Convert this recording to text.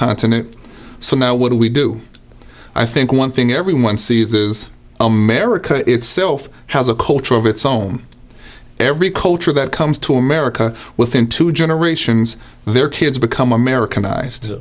continent so now what we do i think one thing everyone sees is america itself has a culture of its own every culture that comes to america within two generations their kids become americanised